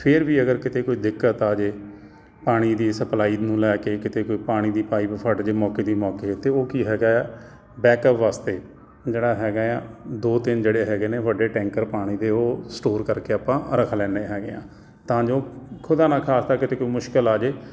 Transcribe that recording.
ਫਿਰ ਵੀ ਅਗਰ ਕਿਤੇ ਕੋਈ ਦਿੱਕਤ ਆ ਜੇ ਪਾਣੀ ਦੀ ਸਪਲਾਈ ਨੂੰ ਲੈ ਕੇ ਕਿਤੇ ਕੋਈ ਪਾਣੀ ਦੀ ਪਾਈਪ ਫਟ ਜੇ ਮੌਕੇ ਦੀ ਮੌਕੇ 'ਤੇ ਉਹ ਕੀ ਹੈਗਾ ਬੈਕਅਪ ਵਾਸਤੇ ਜਿਹੜਾ ਹੈਗਾ ਆ ਦੋ ਤਿੰਨ ਜਿਹੜੇ ਹੈਗੇ ਨੇ ਵੱਡੇ ਟੈਂਕਰ ਪਾਣੀ ਦੇ ਉਹ ਸਟੋਰ ਕਰਕੇ ਆਪਾਂ ਰੱਖ ਲੈਂਦੇ ਹੈਗੇ ਆ ਤਾਂ ਜੋ ਖੁਦਾ ਨਾ ਖਾਸਤਾ ਕਿਤੇ ਕੋਈ ਮੁਸ਼ਕਿਲ ਆ ਜੇ